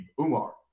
Umar